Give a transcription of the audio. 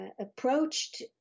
approached